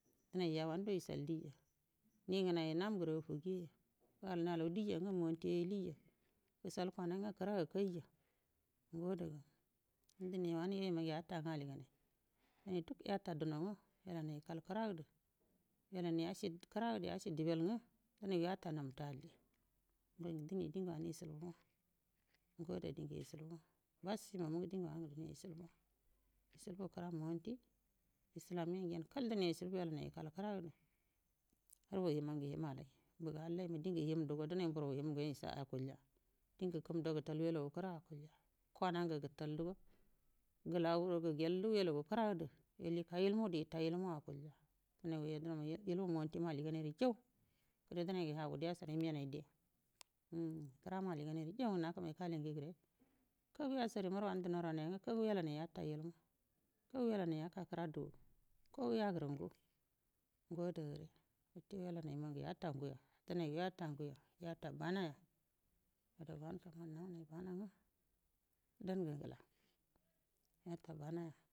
Denai ya wan gudu ecal diyya nnegoru ngenai janburo gujui nandiro wucal diyya nan allau diyyen ge dan wange yatan ge alliya dinai duk yatange yikal kiragede yafi debel gede geta nandi alli dawu dinge ecilbu kira monti amin kal dou yicilbu yegenai kiraga dogai ge ngrimma de dinai ngra wullaja ya wetallau wellau kirange aculja kwana ge tetalwo ngelai wo gegelwo yilau ye kira gee yo yikamu ilmu o de tatue ilmu akulja denai yedena yital alman ge alligan alliganai ri jau dinai nge hogudu yecer nge di kira ma alligan jau kimai kaligeri kau wo yolenai yetagudo yeka kira du ko yajiringe ngo ada ga yellwu yata nguo dinai yakange ga liman yayi dan nge ngela.